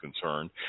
concerned